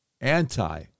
anti